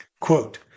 Quote